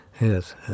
yes